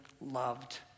loved